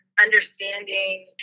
understanding